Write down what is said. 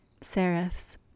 serifs